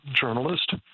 journalist